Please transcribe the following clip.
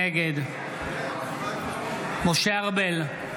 נגד משה ארבל,